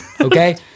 Okay